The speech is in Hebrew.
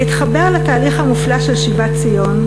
להתחבר לתהליך המופלא של שיבת ציון,